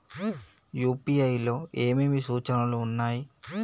UPI లో ఏమేమి సూచనలు ఉన్నాయి?